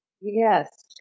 Yes